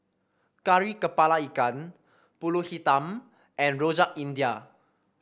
Kari kepala Ikan pulut hitam and Rojak India